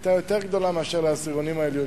היתה יותר גדולה מאשר לעשירונים העליונים.